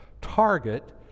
target